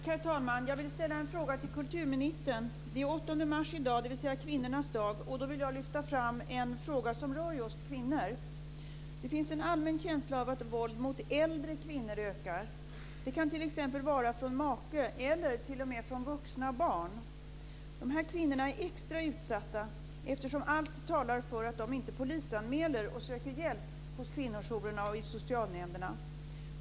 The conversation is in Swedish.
Herr talman! Jag vill ställa en fråga till kulturministern. Det är den 8 mars i dag, dvs. kvinnornas dag. Då vill jag lyfta fram en fråga som rör just kvinnor. Det finns en allmän känsla av att våld mot äldre kvinnor ökar. Det kan t.ex. vara från make eller t.o.m. från vuxna barn. De här kvinnorna är extra utsatta, eftersom allt talar för att de inte polisanmäler och söker hjälp hos kvinnojourerna och i socialnämnderna.